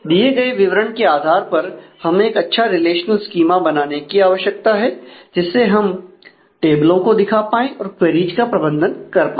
दिया गये विवरण के आधार पर हमें एक अच्छा रिलेशनल स्कीमा बनाने की आवश्यकता है जिससे हम टेबल का प्रबंधन कर पाए